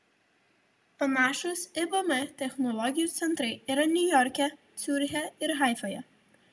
panašūs ibm technologijų centrai yra niujorke ciuriche ir haifoje